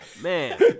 Man